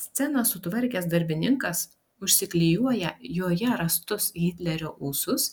sceną sutvarkęs darbininkas užsiklijuoja joje rastus hitlerio ūsus